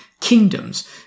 kingdoms